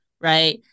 right